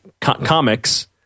Comics